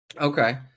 Okay